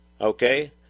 Okay